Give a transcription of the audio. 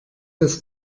des